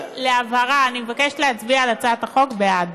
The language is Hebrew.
להבהרה, אני מבקשת להצביע על הצעת החוק, בעד.